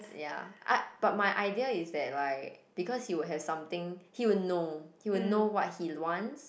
ya I but my idea is that like because he would have something he would know he would know what he wants